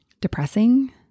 depressing